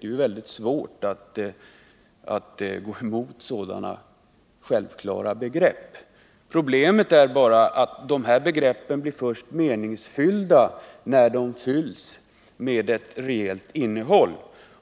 Det är väldigt svårt att gå emot sådana sjävklara begrepp. Problemet är bara att dessa begrepp blir meningsfulla först när de fylls med ett rejält innehåll,